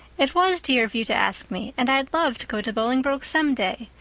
it was dear of you to ask me and i'd love to go to bolingbroke some day.